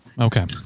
Okay